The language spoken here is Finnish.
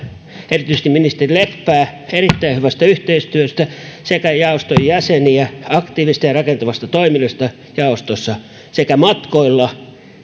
erityisesti ministeri leppää erittäin hyvästä yhteistyöstä sekä jaoston jäseniä aktiivisesta ja rakentavasta toiminnasta jaostossa sekä matkoilla